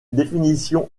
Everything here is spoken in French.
définition